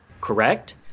correct